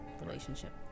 relationship